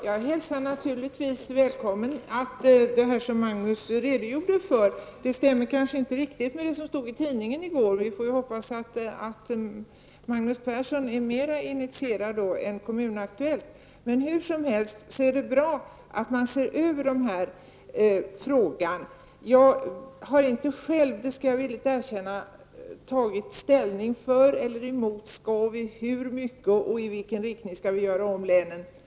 Herr talman! Jag välkomnar naturligtvis det som Magnus Persson redogjorde för. Det stämmer kanske inte riktigt med vad som stod i tidningen i går. Vi får hoppas att Magnus Persson är mera initierad än Kommun-Aktuellt. Men hur som helst är det bra att man ser över den här frågan. Jag har inte själv, det skall jag villigt erkänna, tagit ställning för eller emot -- om, hur och i vilken riktning vi skall göra om länen.